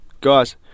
guys